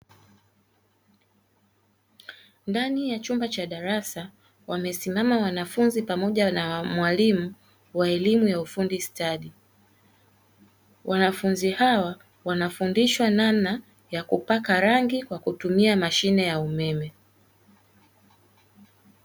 Ndani ya chumba cha darasa, wamesimama wanafunzi pamoja na mwalimu wa elimu ya ufundi stadi. Wanafunzi hawa, wanafundishwa namna ya kupaka rangi kwa kutumia mashine ya umeme.